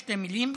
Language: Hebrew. בשתי מילים: